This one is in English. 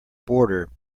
boarder